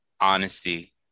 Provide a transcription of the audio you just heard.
Honesty